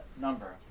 number